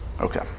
okay